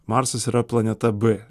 marsas yra planeta b